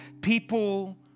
people